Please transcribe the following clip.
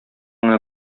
гына